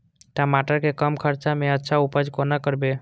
टमाटर के कम खर्चा में अच्छा उपज कोना करबे?